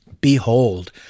behold